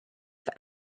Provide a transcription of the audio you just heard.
for